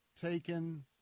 taken